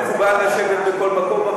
אני מסוגל לשבת בכל מקום.